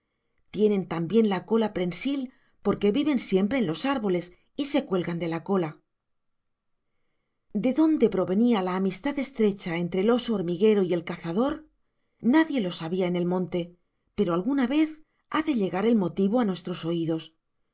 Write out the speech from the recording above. tienen también la cola prensil porque viven siempre en los árboles y se cuelgan de la cola de dónde provenía la amistad estrecha entre el oso hormiguero y el cazador nadie lo sabía en el monte pero alguna vez ha de llegar el motivo a nuestros oídos